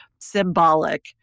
symbolic